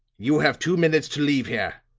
you have two minutes to leave here,